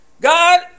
God